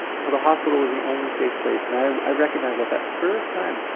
so the hospital was the only safe place. and i i recognized that that first time,